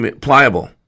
pliable